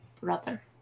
brother